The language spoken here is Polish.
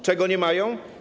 Czego nie mają?